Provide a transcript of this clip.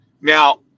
Now